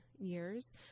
years